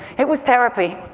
it was therapy.